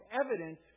evidence